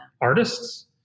artists